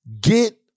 get